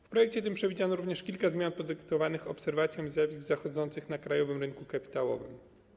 W projekcie tym przewidziano również kilka zmian podyktowanych obserwacją zjawisk zachodzących na krajowym rynku kapitałowym.